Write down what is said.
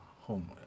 home